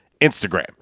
Instagram